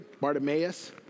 Bartimaeus